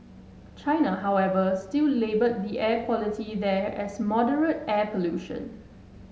China however still labelled the air quality there as moderate air pollution